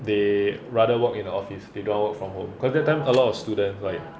they rather work in office they don't work from home cause that time a lot of students like